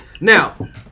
Now